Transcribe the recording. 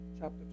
Chapter